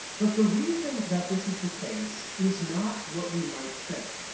but the reason that this is the case is not what we might think,